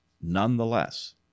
nonetheless